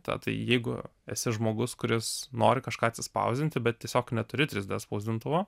tad jeigu esi žmogus kuris nori kažką atsispausdinti bet tiesiog neturi trys d spausdintuvo